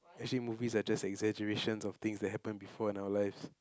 actually movies are just exaggeration of things that happen before in our lives